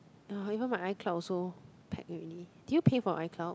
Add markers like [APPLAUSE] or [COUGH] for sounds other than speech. [NOISE] even my iCloud also pack already did you pay for iCloud